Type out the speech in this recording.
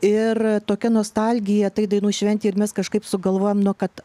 ir tokia nostalgija tai dainų šventei ir mes kažkaip sugalvojom nu kad